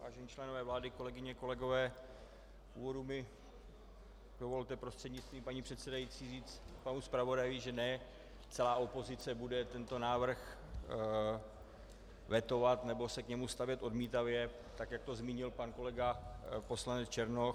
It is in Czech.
Vážení členové vlády, kolegyně, kolegové, v úvodu mi dovolte prostřednictvím paní předsedající říct panu zpravodaji, že ne celá opozice bude tento návrh vetovat nebo se k němu stavět odmítavě tak, jak to zmínil pan kolega poslanec Černoch.